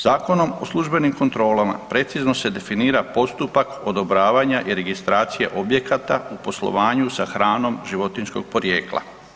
Zakonom o službenim kontrolama precizno se definira postupak odobravanja i registracije objekata u poslovanju sa hranom životinjskog porijekla.